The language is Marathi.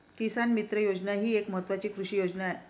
किसान मित्र योजना ही एक महत्वाची कृषी योजना आहे